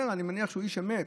אני מניח שהוא איש אמת,